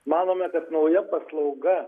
manome kad nauja paslauga